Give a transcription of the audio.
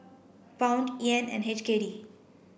Pound Yen and H K D